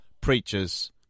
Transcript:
preachers